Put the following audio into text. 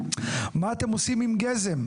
מה אתם עושים עם גזם?